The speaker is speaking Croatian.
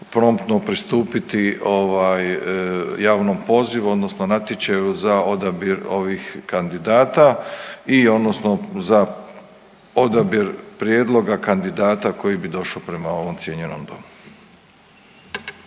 promptno pristupiti ovaj javnom pozivu odnosno natječaju za odabir ovih kandidata i odnosno za odabir prijedloga kandidata koji bi došao prema ovom cijenjenom domu.